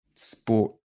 Sport